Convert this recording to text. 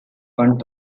one